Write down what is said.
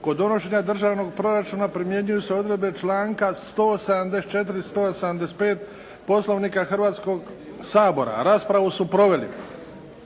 Kod donošenja državnog proračuna primjenjuju se odredbe članka 174. i 175. Poslovnika Hrvatskoga sabora. Raspravu su proveli